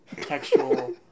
textual